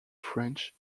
french